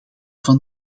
van